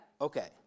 Okay